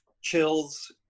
chills